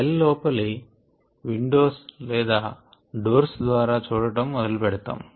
cell లోపలికి windows లేదా doors ద్వారా చూడటం మొదలు పెడదాము